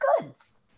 goods